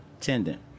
tendon